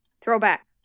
Throwback